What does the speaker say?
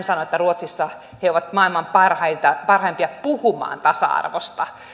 sanoi että ruotsissa he ovat maailman parhaimpia parhaimpia puhumaan tasa arvosta